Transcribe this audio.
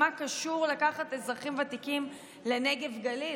מה קשור לקחת אזרחים ותיקים לנגב וגליל?